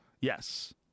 Yes